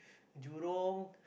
jurong